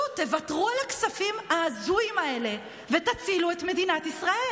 מחשבה תחילה על הילד" כך כתב יאנוש קורצ'אק.